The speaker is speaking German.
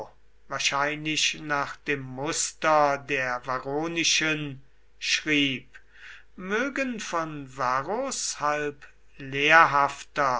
wahrscheinlich nach dem muster der varronischen schrieb mögen von varros halb lehrhafter